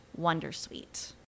Wondersuite